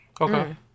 Okay